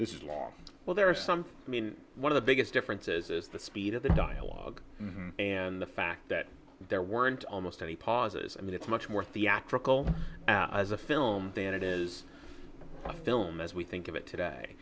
this is like well there are some i mean one of the biggest differences is the speed of the dialogue and the fact that there weren't almost any pauses i mean it's much more theatrical as a film than it is a film as we think of it today